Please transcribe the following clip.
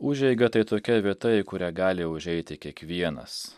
užeiga tai tokia vieta į kurią gali užeiti kiekvienas